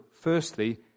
firstly